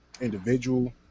individual